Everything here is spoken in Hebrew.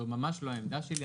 זו ממש לא העמדה שלי.